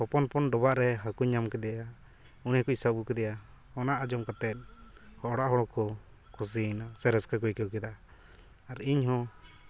ᱦᱚᱯᱚᱱ ᱦᱚᱯᱚᱱ ᱰᱚᱵᱷᱟᱜ ᱨᱮ ᱦᱟᱹᱠᱩᱧ ᱧᱟᱢ ᱠᱮᱫᱮᱭᱟ ᱩᱱᱤ ᱦᱟᱹᱠᱩᱧ ᱥᱟᱵ ᱟᱹᱜᱩ ᱠᱮᱫᱮᱭᱟ ᱚᱱᱟ ᱟᱸᱡᱚᱢ ᱠᱟᱛᱮᱫ ᱚᱲᱟᱜ ᱦᱚᱲᱠᱚ ᱠᱩᱥᱤᱭᱮᱱᱟ ᱥᱮ ᱨᱟᱹᱥᱠᱟᱹ ᱠᱚ ᱟᱹᱭᱠᱟᱹᱣ ᱠᱮᱫᱟ ᱟᱨ ᱤᱧᱦᱚᱸ